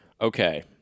Okay